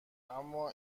اما